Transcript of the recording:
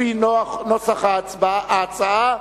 לפי נוסח ההצעה.